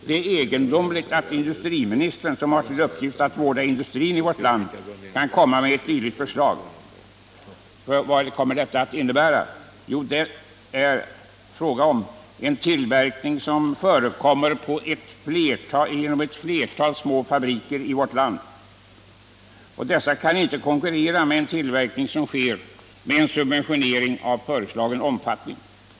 Det är egendomligt att industriministern, som har till uppgift att vårda industrin i vårt land, kan komma med ett dylikt förslag. Vad kommer detta förslag att innebära? Inom textilindustrin sker tillverkningen av dessa artiklar på ett flertal små fabriker i vårt land. Dessa kan inte konkurrera med en tillverkning som sker med en subventionering av föreslagen omfattning.